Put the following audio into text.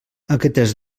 aquestes